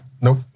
Nope